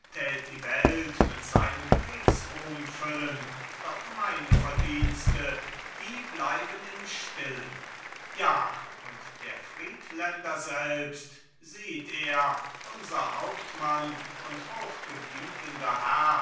die welt mit seinem kriegsruhm füllen doch meine verdienste die blieben im stillen ja und der friedländer selbst sieht er unser hauptmann und hochgebietender herr